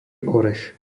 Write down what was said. orech